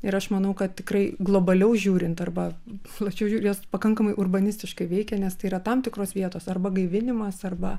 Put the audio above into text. ir aš manau kad tikrai globaliau žiūrint arba plačiau žiūrint jos pakankamai urbanistiškai veikia nes tai yra tam tikros vietos arba gaivinimas arba